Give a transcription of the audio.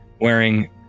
wearing